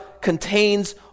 contains